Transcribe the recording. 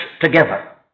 together